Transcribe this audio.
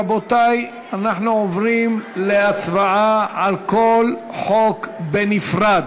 רבותי, אנחנו עוברים להצבעה על כל חוק בנפרד.